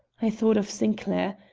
i thought of sinclair.